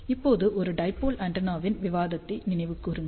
இப்போது ஒரு டைபோல் ஆண்டெனாவின் விவாதத்தை நினைவுகூருங்கள்